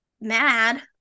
mad